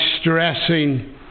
stressing